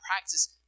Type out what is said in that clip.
practice